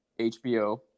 HBO